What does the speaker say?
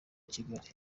kigali